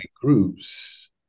groups